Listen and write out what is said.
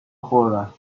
خوردم